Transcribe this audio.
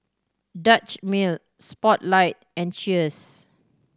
Dutch Mill Spotlight and Cheers